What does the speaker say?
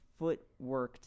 footworked